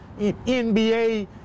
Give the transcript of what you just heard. NBA